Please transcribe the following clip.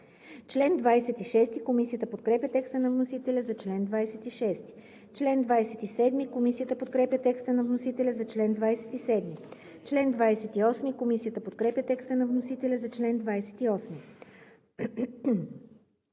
заличава. Комисията подкрепя текста на вносителя за чл. 7. Комисията подкрепя текста на вносителя за чл. 8. Комисията подкрепя текста на вносителя за чл.